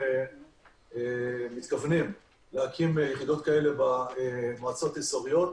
אנחנו מתכוונים להקים יחידות כאלה במועצות האזוריות.